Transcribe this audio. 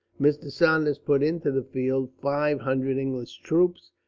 mr. saunders put into the field five hundred english troops,